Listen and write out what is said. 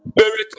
Spirit